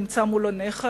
נמצא מול עיניך,